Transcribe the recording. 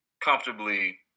comfortably